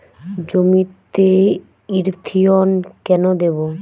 জমিতে ইরথিয়ন কেন দেবো?